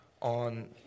on